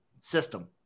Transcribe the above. System